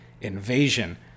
Invasion